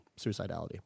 suicidality